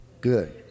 good